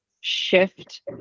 shift